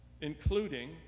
including